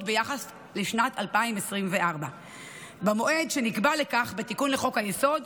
ביחס לשנת 2024 במועד שנקבע לכך בתיקון לחוק-היסוד,